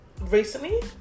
recently